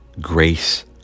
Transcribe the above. grace